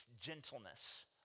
gentleness